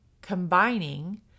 combining